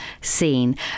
scene